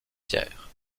pierre